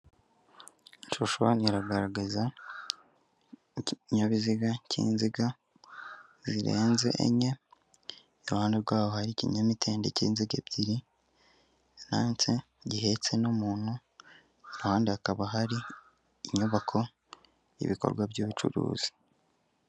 Ishusho hano iragaragaza, ikinyabiziga cy'inziga zirenze enye, iruhande rw'aho hari ikinyamitende cy'inziga ebyiri, gihetse n'umuntu, iruhande hakaba hari inyubako, ibikorwa by'ubucuruzi.